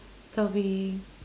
there'll be